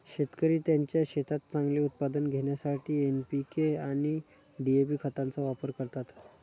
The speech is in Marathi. शेतकरी त्यांच्या शेतात चांगले उत्पादन घेण्यासाठी एन.पी.के आणि डी.ए.पी खतांचा वापर करतात